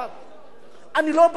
אני לא בטוח, אדוני היושב-ראש,